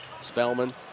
Spellman